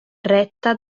retta